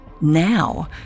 Now